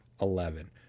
eleven